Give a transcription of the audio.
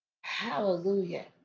hallelujah